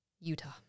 Utah